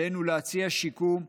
עלינו להציע שיקום.